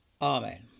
Amen